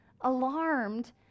Alarmed